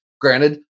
granted